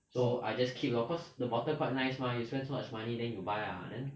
so I just keep lor cause the bottle quite nice mah you spend so much money then you buy ah then